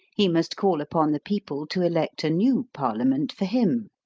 he must call upon the people to elect a new parliament for him.